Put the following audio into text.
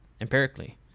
empirically